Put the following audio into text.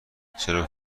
چرا